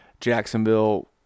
Jacksonville